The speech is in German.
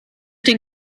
den